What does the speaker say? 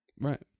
Right